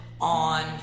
on